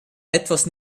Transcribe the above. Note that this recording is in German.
etwas